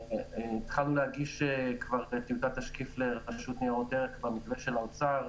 התחלנו להגיש כבר טיוטת תשקיף לרשות ניירות ערך במתווה של האוצר.